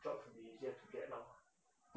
jobs will be easier to get lah